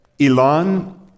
Elon